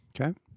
Okay